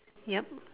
ya